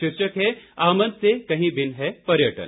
शीर्षक है आमद से कहीं भिन्न है पर्यटन